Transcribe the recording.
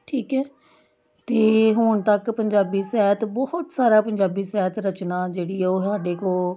ਠੀਕ ਹੈ ਅਤੇ ਹੁਣ ਤੱਕ ਪੰਜਾਬੀ ਸਾਹਿਤ ਬਹੁਤ ਸਾਰਾ ਪੰਜਾਬੀ ਸਾਹਿਤ ਰਚਨਾ ਜਿਹੜੀ ਹੈ ਉਹ ਸਾਡੇ ਕੋਲ